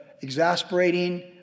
exasperating